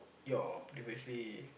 your previously